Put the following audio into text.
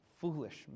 foolish